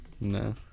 No